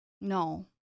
No